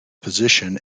position